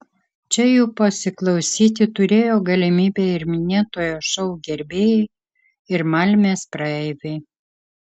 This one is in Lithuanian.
čia jų pasiklausyti turėjo galimybę ir minėtojo šou gerbėjai ir malmės praeiviai